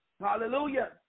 hallelujah